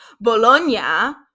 Bologna